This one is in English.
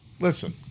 Listen